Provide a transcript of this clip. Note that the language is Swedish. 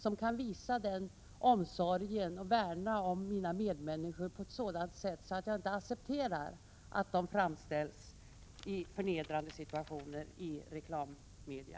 Tack vare deras sätt att visa omsorg och värna om medmänniskorna accepterar jag inte att människor framställs på ett förnedrande sätt i reklammedia.